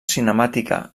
cinemàtica